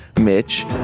Mitch